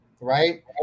Right